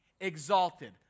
exalted